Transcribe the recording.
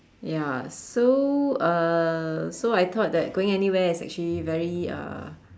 ya so uh so I thought that going anywhere is actually very uh